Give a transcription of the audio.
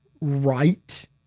right